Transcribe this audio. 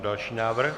Další návrh.